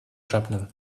shrapnel